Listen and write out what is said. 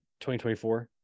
2024